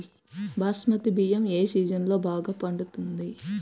బాస్మతి బియ్యం ఏ సీజన్లో బాగా పండుతుంది?